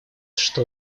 что